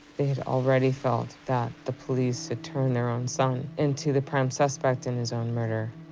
they had already felt that the police had turned their own son into the prime suspect in his own murder.